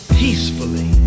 peacefully